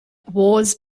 wars